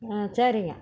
சரிங்க